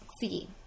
See